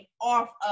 off